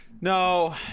No